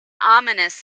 ominous